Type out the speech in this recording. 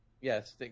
Yes